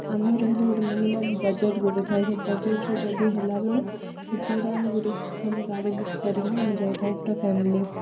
ଆମ ରହିଲେ ଗୋଟେ ମିନିମମ୍ ବଜେଟ୍ ଗୋଟେ ଏ ସେ ବଜେଟ୍ରେ ଯଦି ହେଲା ବୋଲେ ସେତିକିରେ ଆମେ ଗୋଟେ ଭଲ ଗାଡ଼ି ବୁକ୍ କରିକିନା ଆମେ ଯାଇଥାଉ ପୁରା ଫ୍ୟାମିଲି